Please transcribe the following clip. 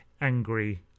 angry